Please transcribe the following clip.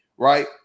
Right